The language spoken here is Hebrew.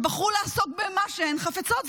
נשים שבחרו לעסוק במה שהן חפצות,